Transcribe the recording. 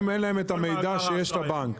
אין להם את המידע שיש לבנק.